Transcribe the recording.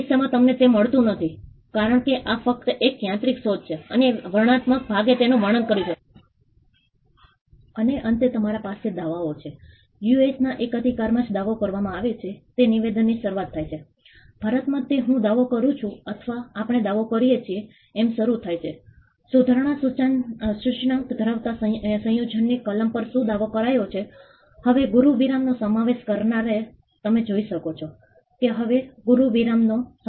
અમે પશ્ચિમ આફ્રિકન દેશ ઘાનામાં આ અભ્યાસ હાથ ધર્યો છે અને એક સૌથી આબોહવા પરિવર્તનથી આપત્તિગ્રસ્ત સમુદાયને અસર થઈ છે ખાસ કરીને ઉપલા ક્ષેત્ર વા પ્રદેશ ઘાનાનો ઉત્તરીય ભાગ તેમની રાજધાની શહેર અક્રાથી આશરે ચારસો કિલોમીટર દૂર છે અને એક છે આ દેશના સૌથી ગરીબ ક્ષેત્રનો